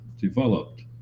developed